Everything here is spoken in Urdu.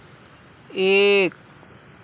ایک